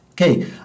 Okay